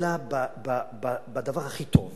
אלא בדבר הכי טוב